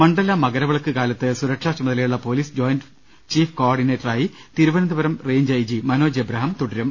മണ്ഡല മകരവിളക്ക് കാലത്ത് സുരക്ഷാചുമതലയുള്ള police joint chief കോർഡിനേറ്ററായി Thiruvananthapuram range I G Manoj Abraham തുടരും